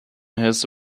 his